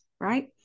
right